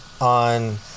on